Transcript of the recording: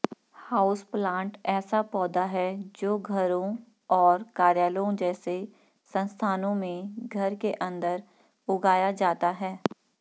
houseplant ऐसा पौधा है जो घरों और कार्यालयों जैसे स्थानों में घर के अंदर उगाया जाता है